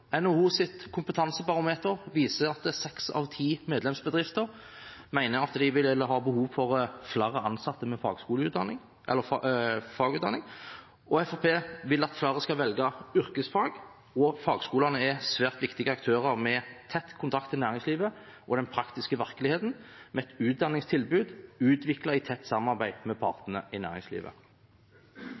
kompetansebarometer viser at seks av ti medlemsbedrifter mener at de vil ha behov for flere ansatte med fagutdanning. Fremskrittspartiet vil at flere skal velge yrkesfag, og fagskolene er svært viktige aktører, med tett kontakt med næringslivet og den praktiske virkeligheten og med et utdanningstilbud utviklet i tett samarbeid med partene i næringslivet.